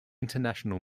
international